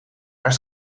haar